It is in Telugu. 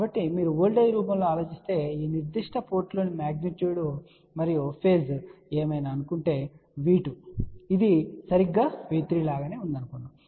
కాబట్టి మీరు వోల్టేజ్ రూపంలో ఆలోచిస్తే ఈ నిర్దిష్ట పోర్టులోని మ్యాగ్నెట్యూడ్ మరియు ఫేస్ ఏమైనా అనుకుందాం V2 ఇది సరిగ్గా V3 లాగానే ఉందని అనుకుందాం